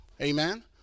Amen